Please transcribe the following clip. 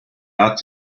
ought